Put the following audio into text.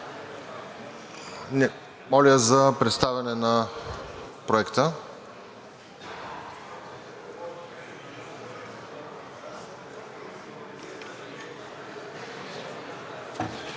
Моля за представяне на Проекта.